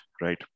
right